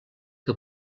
que